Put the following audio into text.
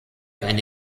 eine